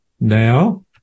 now